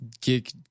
Kick